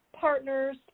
partners